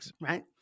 Right